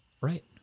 right